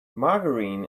margarine